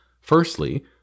Firstly